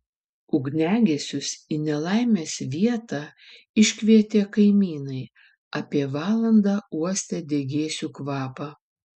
ugniagesius į nelaimės vietą iškvietė kaimynai apie valandą uostę degėsių kvapą